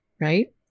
right